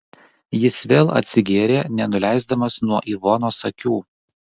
jis vėl atsigėrė nenuleisdamas nuo ivonos akių